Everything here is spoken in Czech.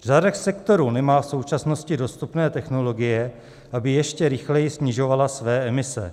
Řada sektorů nemá v současnosti dostupné technologie, aby ještě rychleji snižovala své emise.